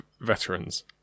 veterans